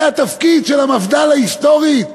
זה התפקיד של המפד"ל ההיסטורית?